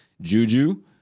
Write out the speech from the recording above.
Juju